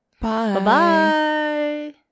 Bye